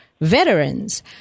veterans